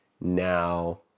Now